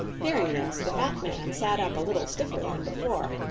hearing this, the fat man sat up a little stiffer than before,